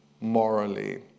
morally